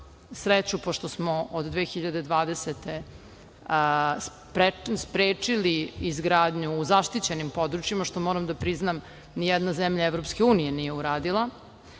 pošto smo od 2020. godine sprečili izgradnju u zaštićenim područjima, što moram da priznam da nijedna zemlja EU nije uradila,